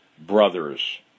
brothers